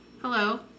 Hello